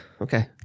Okay